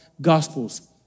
gospels